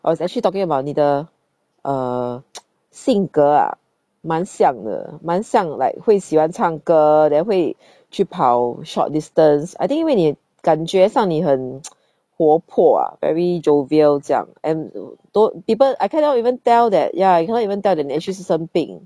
I was actually talking about 你的 uh 性格啊蛮像的蛮像 like 会喜欢唱歌 then 会去跑 short distance I think 因为你感觉上你很 活泼 ah very jovial 这样 and to people I cannot even tell that ya you cannot even tell that 你 actually 是生病